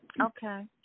Okay